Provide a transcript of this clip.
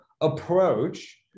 approach